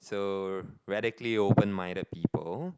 so radically open minded people